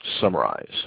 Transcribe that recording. Summarize